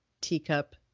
teacup